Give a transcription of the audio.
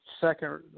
second